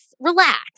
relax